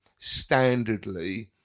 standardly